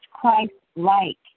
Christ-like